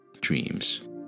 dreams